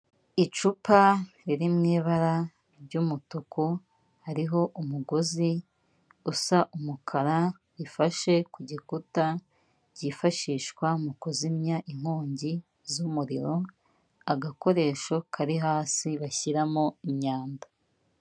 Icupa riri mu ibara ry'umutuku, hariho umugozi usa umukara, rifashe ku gikuta ryifashishwa mu kuzimya inkongi z'umuriro, agakoresho kari hasi bashyiramo imyanda.